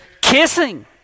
kissing